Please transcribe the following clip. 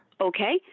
Okay